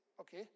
okay